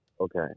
Okay